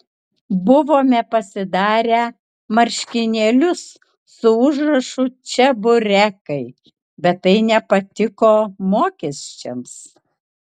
buvome pasidarę marškinėlius su užrašu čeburekai bet tai nepatiko mokesčiams